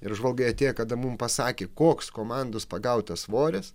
ir žvalgai atėję kada mums pasakė koks komandos pagautas svoris